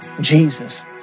Jesus